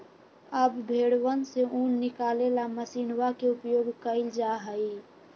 अब भेंड़वन से ऊन निकाले ला मशीनवा के उपयोग कइल जाहई